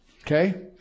Okay